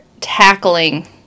tackling